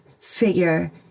figure